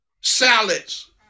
salads